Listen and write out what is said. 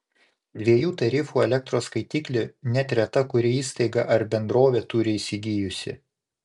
dviejų tarifų elektros skaitiklį net reta kuri įstaiga ar bendrovė turi įsigijusi